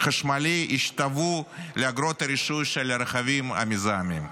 חשמלי ישתוו לאגרות הרישוי של רכבים מזהמים.